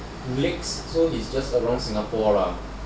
lakes so it's just around singapore lah